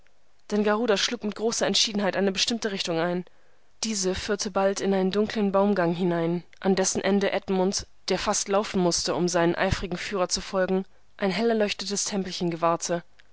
denn garuda schlug mit großer entschiedenheit eine bestimmte richtung ein diese führte bald in einen dunklen baumgang hinein an dessen ende edmund der fast laufen mußte um seinem eifrigen führer zu folgen ein hellerleuchtetes tempelchen gewahrte